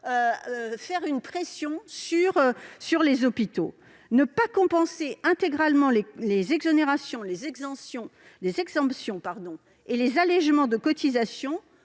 nouvelle pression sur les hôpitaux. Ne pas compenser intégralement les exonérations, les exemptions et les allégements de cotisations